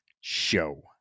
show